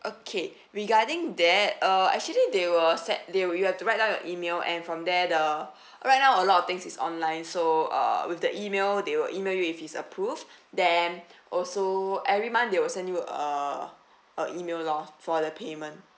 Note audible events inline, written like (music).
okay regarding that uh actually they will set there you will have to write down your email and from there the (breath) right now a lot of things is online so uh with the email they will email you if it's approved then also every month they will send you a a email lor for the payment